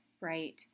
Right